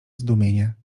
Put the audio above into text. zdumienie